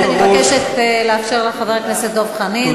אני מבקשת לאפשר לחבר הכנסת דב חנין.